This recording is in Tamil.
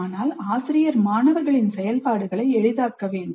ஆனால் ஆசிரியர் மாணவர்களின் செயல்பாடுகளை எளிதாக்க வேண்டும்